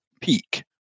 peak